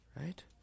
Right